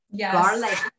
Garlic